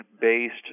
based